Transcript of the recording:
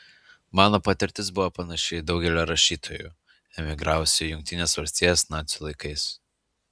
mano patirtis buvo panaši į daugelio rašytojų emigravusių į jungtines valstijas nacių laikais